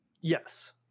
Yes